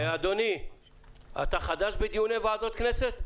אתה חדש בדיוני ועדות כנסת?